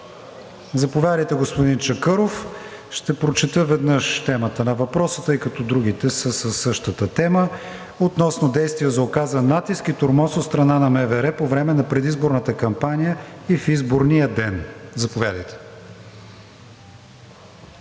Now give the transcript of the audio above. заповядайте, господин Чакъров. Ще прочета веднъж темата на въпроса, тъй като другите са със същата тема: относно действия за оказан натиск и тормоз от страна на МВР по време на предизборната кампания и в изборния ден. ДЖЕВДЕТ